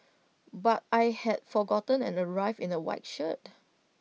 but I had forgotten and arrived in A white shirt